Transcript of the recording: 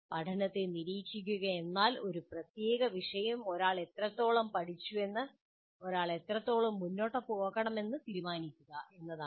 പഠനത്തെ നിരീക്ഷിക്കുകയെന്നാൽ ഒരു പ്രത്യേക വിഷയം ഒരാൾ എത്രത്തോളം പഠിച്ചുവെന്ന് ഒരാൾ എത്രത്തോളം മുന്നോട്ട് പോകണമെന്ന് തീരുമാനിക്കുക എന്നതാണ്